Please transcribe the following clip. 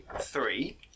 three